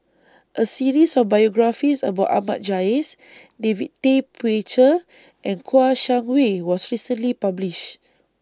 A series of biographies about Ahmad Jais David Tay Poey Cher and Kouo Shang Wei was recently published